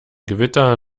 gewitter